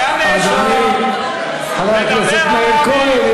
תדבר על יוקר המחיה.